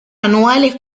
anuales